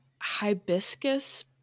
hibiscus